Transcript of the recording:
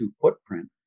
footprint